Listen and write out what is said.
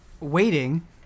waiting